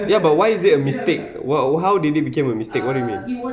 ya but why is it a mistake wha~ how did it became a mistake what do you mean